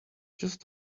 just